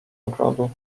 ogrodu